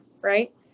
right